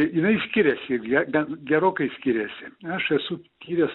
jinai skiriasi ir ji gan gerokai skiriasi aš esu tyręs